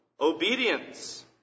obedience